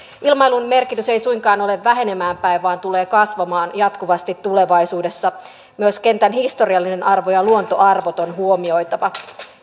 ilmailun merkitys ei suinkaan ole vähenemään päin vaan tulee kasvamaan jatkuvasti tulevaisuudessa myös kentän historiallinen arvo ja luontoarvot on huomioitava